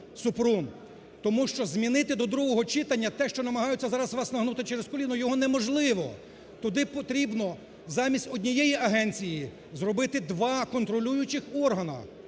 тому що змінити до другого читання те, що намагаються зараз вас нагнути через коліно, його неможливо. Туди потрібно замість однієї агенції зробити два контролюючих органа.